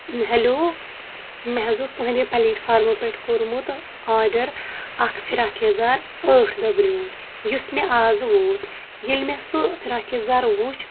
hello مےٚ حظ اوس تُہنٛدِ پلیٹ فارمہٕ پٮ۪ٹھ کوٚرمُت آرڈر اکھ فِراک یزار أٹھ دۄہ بروٗنٛٹھ یُس مےٚ اَز ووت ییٚلہِ مےٚ سُہ فراک یزار وُچھ